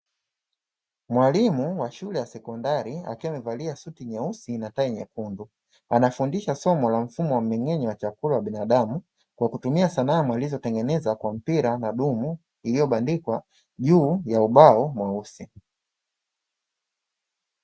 Mwalimu wa shule ya sekondari akiwa amevalia suti nyeusi na tai nyekundu, anafundisha somo la mfumo wa mmeng'enyo wa chakula wa binadamu kwa kutumia sanamu lililotengenezwa kwa mpira na dumu iliyobandikwa juu ya ubao mweusi.